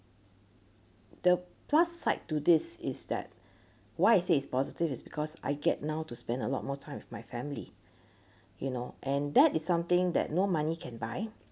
the plus side to this is that why I say it's positive is because I get now to spend a lot more time with my family you know and that is something that no money can buy